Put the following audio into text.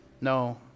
No